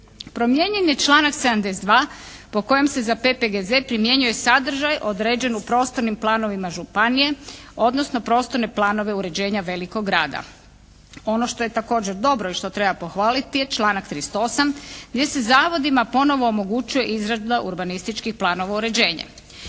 Promijenjen je članak 72. po kojem se za PPGZ primjenjuje sadržaj određen u prostornim planovima županije odnosno prostorne planove uređenja velikog grada. Ono što je također dobro i što treba pohvaliti je članak 38. gdje se zavodima ponovo omogućuje izrada urbanističkih planova, uređenje.